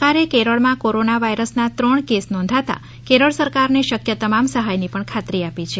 સરકારે કેરળમાં કોરોના વાયરસના ત્રણ કેસ નોંધાતા કેરળ સરકારને શક્ય તમામ સહાયની પણ ખાતરી આપી છે